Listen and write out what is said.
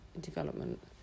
development